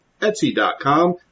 etsy.com